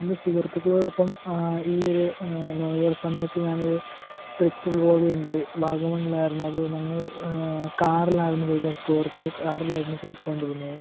എൻ്റെ സുഹൃത്തുക്കളോടൊപ്പം ഈ ഒരു ന്യൂ ഇയർ സമയത്തു ഞാനൊരു ട്രിപ്പ് പോവുകയുണ്ടായി വാഗമണ്ണിലായിരുന്നു അത് ഞങ്ങൾ കാറിലായിരുന്നു പോയ് സ്കോർപിയോ കാറിലായിരുന്നു പൊയിക്കൊണ്ടിരുന്നത്